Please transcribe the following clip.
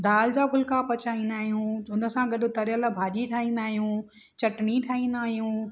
दाल जा फुल्का पचाईंदा आहियूं हुन सां गॾु तरियल भाॼी ठाहींदा आहियूं चटिणी ठाहींदा आहियूं